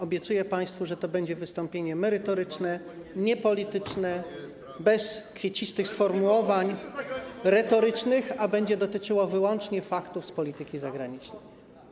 Obiecuję państwu, że to będzie wystąpienie merytoryczne, niepolityczne, bez kwiecistych sformułowań, retorycznych, a będzie dotyczyło wyłącznie faktów z polityki zagranicznej.